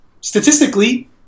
statistically